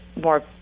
more